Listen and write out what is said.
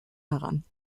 daran